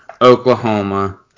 Oklahoma